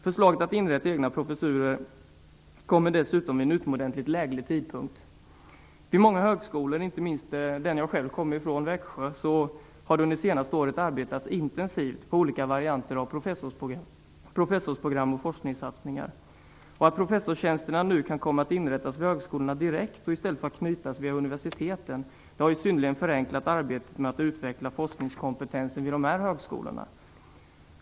Förslaget att inrätta egna professurer kommer dessutom vid en utomordentligt läglig tidpunkt. Vid många högskolor - inte minst vid den jag själv kommer ifrån, Växjö - har det under det senaste året arbetats intensivt på olika varianter av professorsprogram och forskningssatsningar. Att professorstjänsterna nu kan komma att inrättas vid högskolorna direkt i stället för att knytas via universiteten har förenklat arbetet med att utveckla forskningskompetensen vid dessa högskolor.